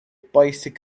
basic